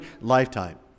lifetime